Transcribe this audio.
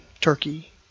turkey